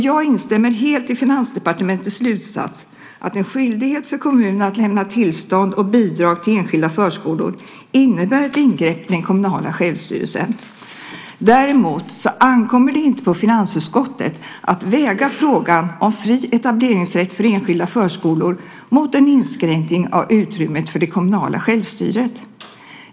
Jag instämmer helt i Finansdepartementets slutsats att en skyldighet för kommunerna att lämna tillstånd och bidrag till enskilda förskolor innebär ett ingrepp i den kommunala självstyrelsen. Däremot ankommer det inte på finansutskottet att väga frågan om fri etableringsrätt för enskilda förskolor mot en inskränkning av utrymmet för det kommunala självstyret.